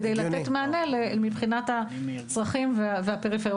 כדי לתת מענה מבחינת הצרכים והפריפריה.